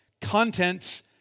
contents